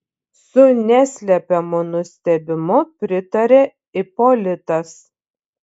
su neslepiamu nustebimu pritarė ipolitas